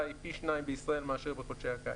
היא פי שניים בישראל מאשר בחודשי הקיץ.